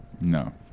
No